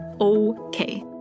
okay